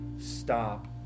stop